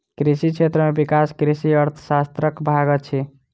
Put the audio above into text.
कृषि क्षेत्र में विकास कृषि अर्थशास्त्रक भाग अछि